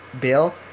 Bill